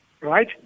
right